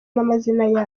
n’amazina